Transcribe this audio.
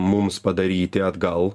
mums padaryti atgal